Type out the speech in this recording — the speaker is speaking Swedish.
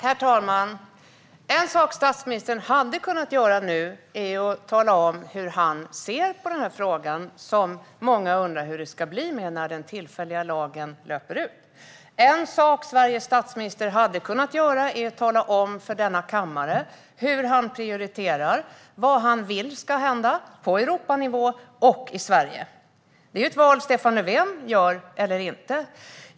Herr talman! En sak statsministern hade kunnat göra är att tala om hur han ser på frågan. Många undrar hur det ska bli när den tillfälliga lagen löper ut. En sak Sveriges statsminister hade kunnat göra är att tala om för denna kammare hur han prioriterar, vad han vill ska hända på Europanivå och i Sverige. Det är ett val Stefan Löfven gör eller inte.